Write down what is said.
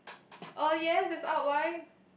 oh yes is outlined